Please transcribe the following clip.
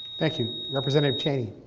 thank you. representative cheney.